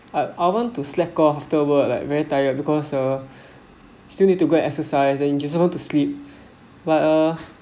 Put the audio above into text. I I want to slack off afterward like very tired because uh still need to go an exercise and just go to sleep but uh